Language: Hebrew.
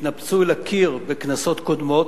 שהתנפצו אל הקיר בכנסות קודמות,